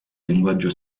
linguaggio